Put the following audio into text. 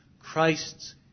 Christ's